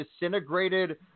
disintegrated